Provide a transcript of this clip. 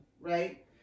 right